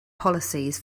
policies